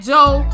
Joe